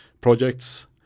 projects